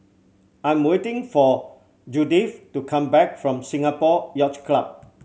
I'm waiting for Judyth to come back from Singapore Yacht Club